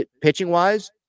Pitching-wise